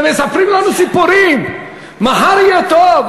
ומספרים לנו סיפורים: מחר יהיה טוב,